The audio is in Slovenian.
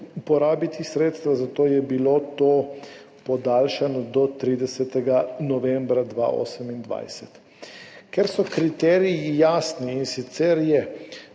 porabiti sredstva, zato je bilo to podaljšano do 30. novembra 2028. Ker so kriteriji jasni, in sicer je